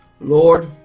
Lord